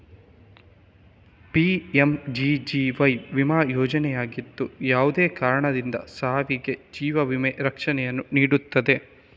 PMGGY ವಿಮಾ ಯೋಜನೆಯಾಗಿದ್ದು, ಯಾವುದೇ ಕಾರಣದಿಂದ ಸಾವಿಗೆ ಜೀವ ವಿಮಾ ರಕ್ಷಣೆಯನ್ನು ನೀಡುತ್ತದೆ